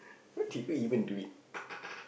what can you even do it